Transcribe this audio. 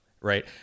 right